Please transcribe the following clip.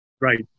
Right